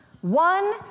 One